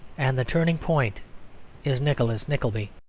and the turning-point is nicholas nickleby.